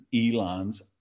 Elon's